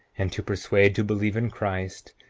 and to persuade to believe in christ,